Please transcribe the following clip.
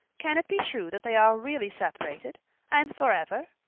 can it be true that they are really separated and for ever?